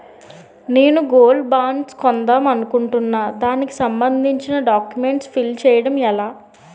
నేను gold bonds కొందాం అనుకుంటున్నా దానికి సంబందించిన డాక్యుమెంట్స్ ఫిల్ చేయడం ఎలా?